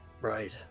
Right